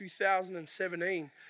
2017